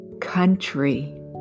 Country